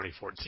2014